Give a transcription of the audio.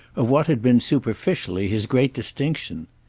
of what had been superficially his great distinction.